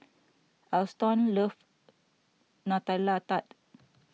Alston loves Nutella Tart